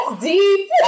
deep